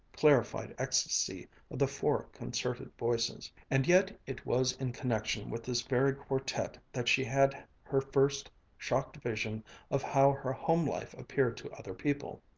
clarified ecstasy of the four concerted voices. and yet it was in connection with this very quartet that she had her first shocked vision of how her home-life appeared to other people.